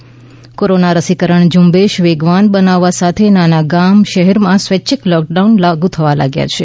ૈ કોરોના રસીકરણ ઝુંબેશ વેગવાન બના વવા સાથે નાના ગામ શહેરમાં સ્વૈચ્છિક લોકડાઉન લાગુ થવા લાગ્યા છે